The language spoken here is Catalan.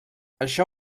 això